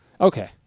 Okay